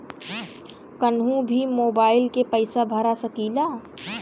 कन्हू भी मोबाइल के पैसा भरा सकीला?